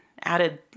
added